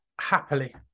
Happily